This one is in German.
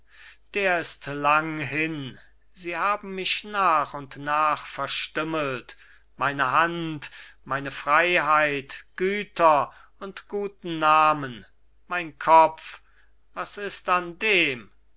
der ist lang hin sie haben mich nach und nach verstümmelt meine hand meine freiheit güter und guten namen mein kopf was ist an dem